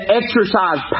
exercise